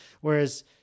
Whereas